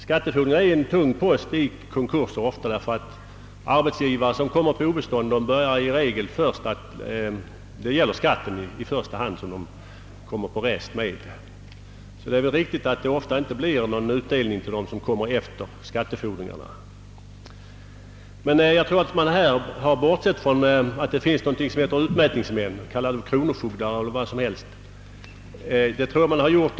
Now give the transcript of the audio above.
Skattefordringarna är givetvis en tung post, ty när en arbetsgivare kommer på obestånd är det oftast skatten som först kommer på rest. » Det är nog riktigt att det ofta inte blir någon utdelning till dem som kommer efter skattefordringarna. Men jag tror att man har råkat bortse från att det finns något som kallas utmätningsmän, kronofogdar eller hur man vill benämna dem.